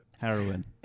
Heroin